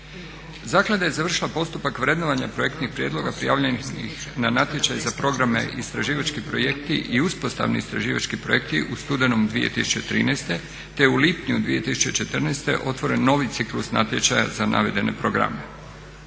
Zaklada je završila postupak vrednovanja projektnih prijedloga prijavljenih na natječaj za programe istraživački projekti i uspostavni istraživački projekti u studenom 2013. te je u lipnju 2014. otvoren novi ciklus natječaja za navedene programe.